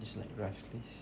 just like restless